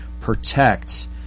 protect